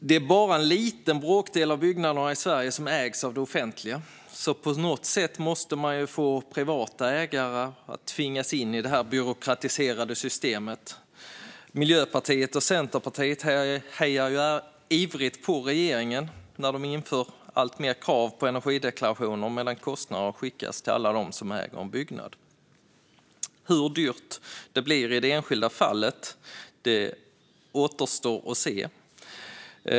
Det är bara en liten bråkdel av byggnaderna i Sverige som ägs av det offentliga, så på något sätt måste man tvinga in privata ägare i det byråkratiska systemet. Miljöpartiet och Centerpartiet hejar ivrigt på regeringen när de inför allt fler krav på energideklarationer, medan kostnaderna skickas till alla som äger en byggnad. Hur dyrt detta blir i det enskilda fallet återstår att se.